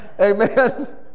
Amen